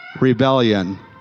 rebellion